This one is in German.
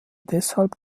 deshalb